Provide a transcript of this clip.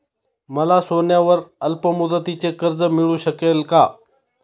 मला सोन्यावर अल्पमुदतीचे कर्ज मिळू शकेल का?